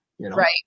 Right